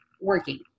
working